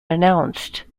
announced